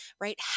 Right